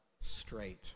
straight